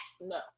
no